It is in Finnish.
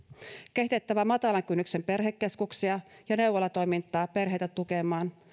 kehitettävä matalan kynnyksen perhekeskuksia ja neuvolatoimintaa perheitä tukemaan